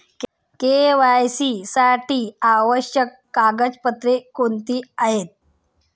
KYC साठी आवश्यक कागदपत्रे कोणती आहेत?